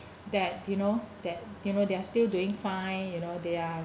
that you know that you know they're still doing fine you know they are